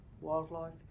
wildlife